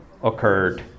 occurred